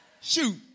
Shoot